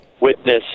witness